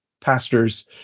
pastors